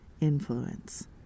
influence